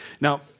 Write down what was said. Now